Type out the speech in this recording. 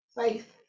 faith